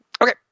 Okay